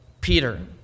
Peter